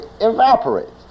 evaporates